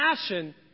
passion